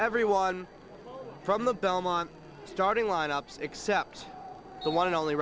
everyone from the belmont starting line ups except the one and only